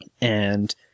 And-